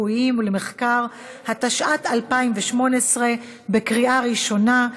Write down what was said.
הצעת החוק עברה בקריאה ראשונה,